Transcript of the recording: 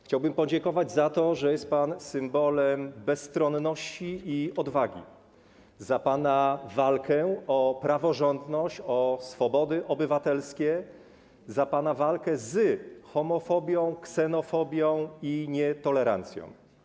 Chciałbym podziękować za to, że jest pan symbolem bezstronności i odwagi, za pana walkę o praworządność, o swobody obywatelskie, za pana walkę z homofobią, ksenofobią i nietolerancją.